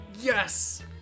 yes